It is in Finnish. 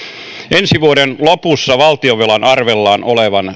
ensi vuoden lopussa valtionvelan arvellaan olevan